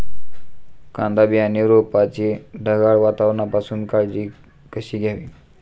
कांदा बियाणे रोपाची ढगाळ वातावरणापासून काळजी कशी घ्यावी?